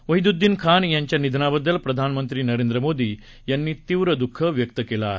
वाहीद्दद्दीन खान यांच्या निधनाबद्दल प्रधानमंत्री नरेंद्र मोदी यांनी तीव्र दुःख व्यक्त केलं आहे